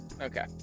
Okay